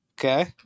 Okay